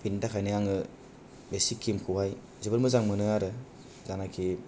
बिनि थाखायनो आङो बे सिक्किमखौहाय जोबोद मोजां मोनो आरो जानाखि